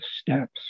steps